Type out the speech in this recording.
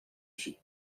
ski